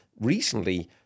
recently